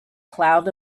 cloud